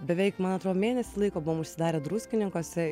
beveik man atrodo mėnesį laiko buvom užsidarę druskininkuose